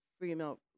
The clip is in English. female